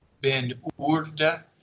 Ben-Urda